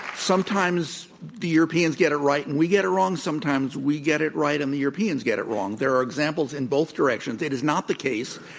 sometimes the europeans get it right, and we get it wrong. sometimes we get it right, and the europeans get it wrong. there are examples in both directions. it is not the case,